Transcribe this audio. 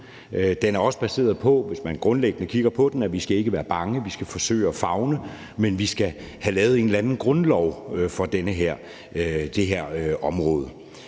kigger på den, at vi ikke skal være bange, at vi skal forsøge at favne, men vi skal have lavet en eller anden grundlov for det her område.